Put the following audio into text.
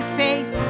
faith